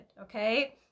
okay